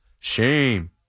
Shame